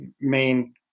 main